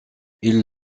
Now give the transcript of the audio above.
ils